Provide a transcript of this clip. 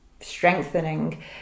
strengthening